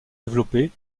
développé